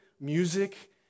Music